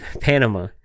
panama